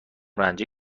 رنجه